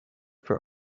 for